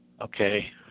Okay